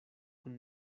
kun